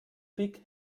peak